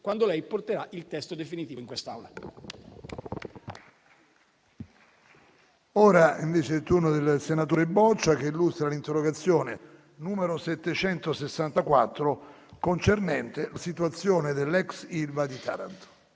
quando lei porterà il testo definitivo in quest'Aula.